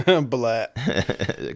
Blat